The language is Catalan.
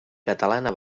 catalana